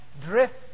drift